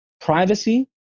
Privacy